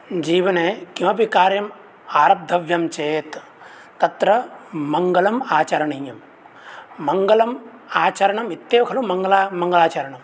जीवने किमपि कार्यम् आरब्धव्यं चेत् तत्र मङ्गलम् आचरणीयं मङ्गलम् आचरणम् इत्येव खलु मङ्गला मङ्गलाचरणं